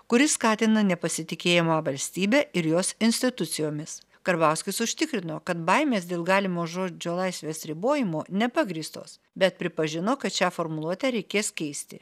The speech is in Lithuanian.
kuri skatina nepasitikėjimą valstybe ir jos institucijomis karbauskis užtikrino kad baimės dėl galimo žodžio laisvės ribojimo nepagrįstos bet pripažino kad šią formuluotę reikės keisti